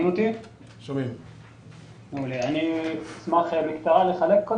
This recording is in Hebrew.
אני מבקש לחלק את